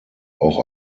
auch